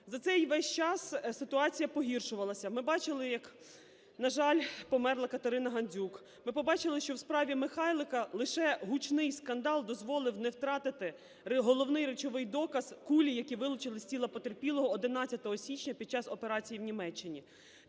За цей весь час ситуація погіршувалася, ми бачили як, на жаль, померла Катерина Гандзюк, ми побачили, що в справі Михайлика лише гучний скандал дозволив не втратити головний речовий доказ – кулі, які вилучили з тіла потерпілого 11 січня під час операції в Німеччині.